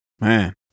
Man